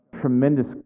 tremendous